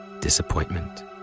disappointment